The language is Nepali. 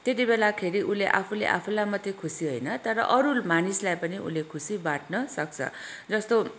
त्यति बेलाखेरि उसले आफूले आफैलाई मात्रै खुसी होइन तर अरूलाई मानिसलाई पनि उसले खुसी बाँड्नसक्छ जस्तो